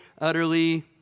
utterly